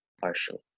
partially